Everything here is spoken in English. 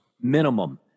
minimum